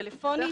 טלפונית, לא.